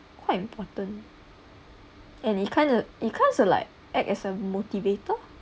quite important and it kind of it kinds of like act as a motivator